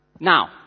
Now